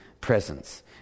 presence